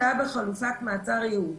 נער שהיה בחלופת מעצר ייעודית